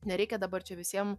nereikia dabar čia visiem